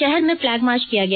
शहर में flag march किया गया